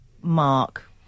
mark